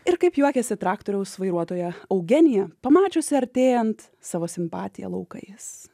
ir kaip juokiasi traktoriaus vairuotoja eugenija pamačiusi artėjant savo simpatiją laukais